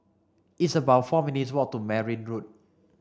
it's about four minutes' walk to Merryn Road